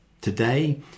today